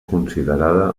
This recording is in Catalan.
considerada